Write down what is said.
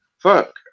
Fuck